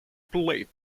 plate